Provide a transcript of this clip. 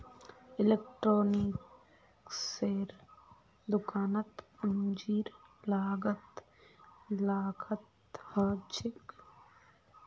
इलेक्ट्रॉनिक्सेर दुकानत पूंजीर लागत लाखत ह छेक